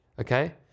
Okay